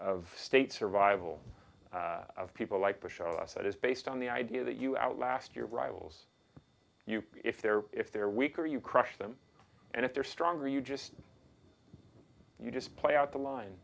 state survival of people like to show us that is based on the idea that you out last year rivals you if they're if they're weaker you crush them and if they're stronger you just you just play out the line